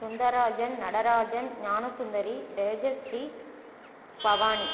Sundarajan Natarajan Gnanasundari Tejashree Bhavani